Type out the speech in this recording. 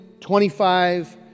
25